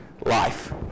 life